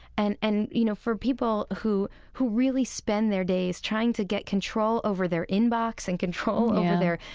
and and you know, for people who who really spend their days trying to get control over their inbox and control over their,